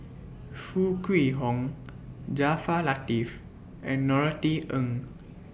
Foo Kwee Horng Jaafar Latiff and Norothy Ng